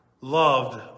loved